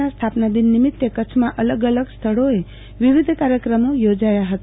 ના સ્થાપના દિન નિમિતે કચ્છમાં અલગ અલગ સ્થળોએ વિવિધ કાર્યક્રમો યોજાયા હતા